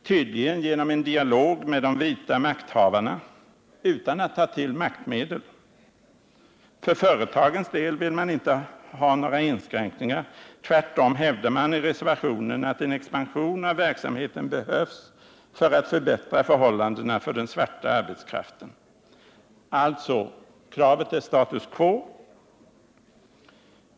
Tydligen vill man göra det genom en dialog med de vita makthavarna, utan att ta till maktmedel. För företagens del vill man inte ha några inskränkningar, tvärtom hävdar man i reservationen att en expansion av verksamheten behövs för att förbättra förhållandena för den svarta arbetskraften. Kravet är alltså status quo!